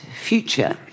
future